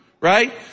Right